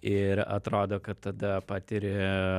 ir atrodo kad tada patiri